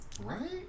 Right